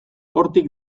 hortik